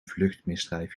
vluchtmisdrijf